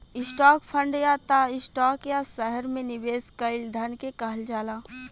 stock fund या त stock या शहर में निवेश कईल धन के कहल जाला